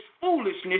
foolishness